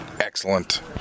Excellent